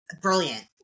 brilliant